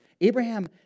Abraham